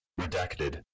redacted